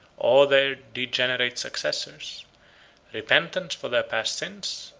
or their degenerate successors repentance for their past sins,